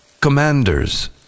commanders